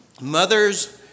Mother's